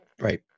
Right